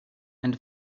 and